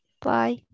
Bye